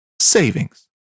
savings